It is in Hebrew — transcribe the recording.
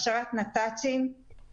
הכשרת נת"צים,